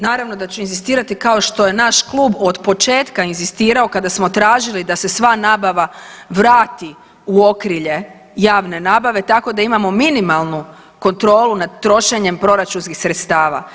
Naravno da ću inzistirati kao što je naš klub od početka inzistirao kada smo tražili da sva nabava vrati u okrilje javne nabave tako da imamo minimalnu kontrolu nad trošenjem proračunskih sredstava.